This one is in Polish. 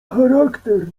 charakter